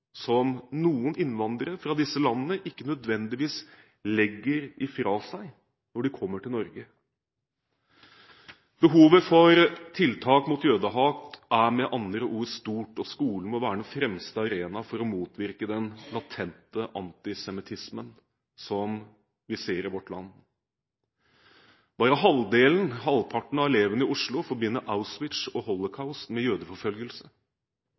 som noen av innvandrerne fra disse landene ikke nødvendigvis legger fra seg når de kommer til Norge. Behovet for tiltak mot jødehat er med andre ord stort, og skolen må være den fremste arena for å motvirke den latente antisemittismen som vi ser i vårt land. Bare halvparten av elevene i Oslo forbinder Auschwitz og holocaust med jødeforfølgelse.